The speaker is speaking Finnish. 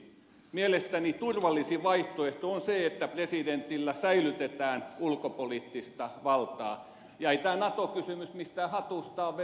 mielestäni turvallisin vaihtoehto on se että presidentillä säilytetään ulkopoliittista valtaa ja ei tämä nato kysymys mistään hatusta ole vedetty